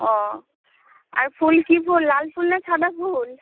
ও আর ফুল কী ফুল লাল ফুল না সাদা ফুল